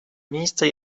miejsce